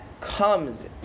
comes